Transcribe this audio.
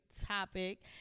topic